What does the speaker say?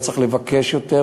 וצריך לבקש יותר,